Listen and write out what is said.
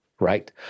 Right